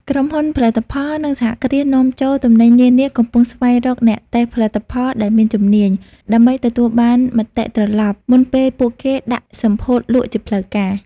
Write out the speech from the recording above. ក្រុមហ៊ុនផលិតផល និងសហគ្រាសនាំចូលទំនិញនានាកំពុងស្វែងរកអ្នកតេស្តផលិតផលដែលមានជំនាញ ដើម្បីទទួលបានមតិត្រឡប់ មុនពេលពួកគេដាក់សម្ពោធលក់ជាផ្លូវការ។